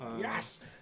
yes